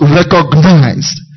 recognized